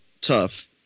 tough